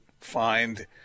find